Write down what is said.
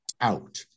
out